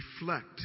reflect